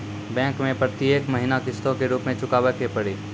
Bank मैं प्रेतियेक महीना किस्तो के रूप मे चुकाबै के पड़ी?